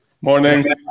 Morning